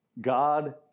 God